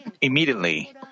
immediately